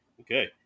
okay